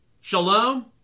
shalom